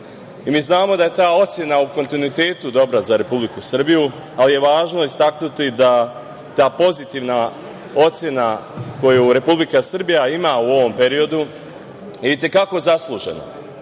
znamo da je ta ocena u kontinuitetu dobra za Republiku Srbiju, ali je važno istaknuti da ta pozitivna ocena koju Republika Srbija ima u ovom periodu je itekako zaslužena.